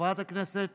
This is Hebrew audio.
חברת הכנסת